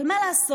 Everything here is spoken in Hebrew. אבל מה לעשות,